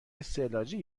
استعلاجی